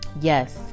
Yes